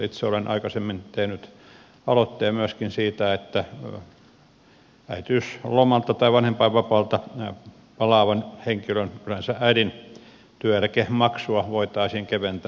itse olen aikaisemmin tehnyt aloitteen myöskin siitä että äitiyslomalta tai vanhempainvapaalta palaavan henkilön yleensä äidin työeläkemaksua voitaisiin keventää